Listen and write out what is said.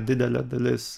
didelė dalis